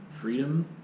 freedom